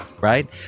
right